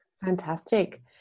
Fantastic